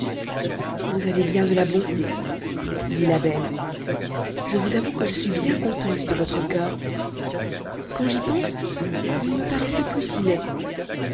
vous avez bien de la bonté lui dit la belle je vous avoue que je suis bien contente de votre cœur quand j'y pense vous ne me paraissez plus si